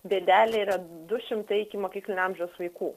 bėdelė yra du šimtai ikimokyklinio amžiaus vaikų